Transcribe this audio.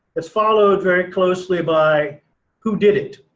it's followed very closely by who did it?